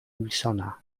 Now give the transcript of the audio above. wilsona